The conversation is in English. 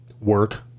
work